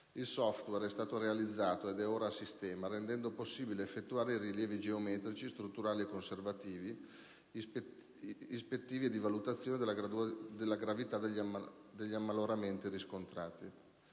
Il *software* è stato realizzato ed è ora a sistema, rendendo possibile effettuare i rilievi geometrici, strutturali, conservativi, ispettivi e di valutazione della gravità degli ammaloramenti riscontrati.